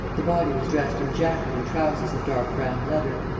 the body was dressed in jacket and trousers of dark-brown leather.